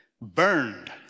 burned